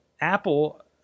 Apple